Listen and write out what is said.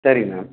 சரிங்க மேம்